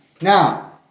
Now